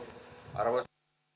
arvoisa puhemies kommentoin